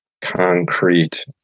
concrete